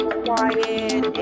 quiet